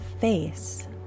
face